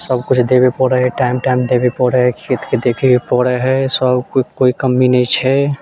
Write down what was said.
सब कुछ देबे पड़ै हय टाइम टाइम देबे पड़ै खेतके देखैके पड़ै हय सब कुछ कोइ कमी नहि छै